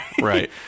Right